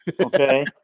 Okay